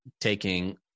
taking